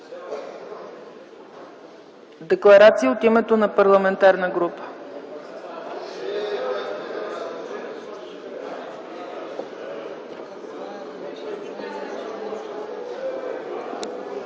Декларация от името на парламентарна група.